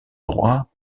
droit